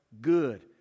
good